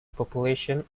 population